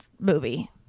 movie